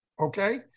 Okay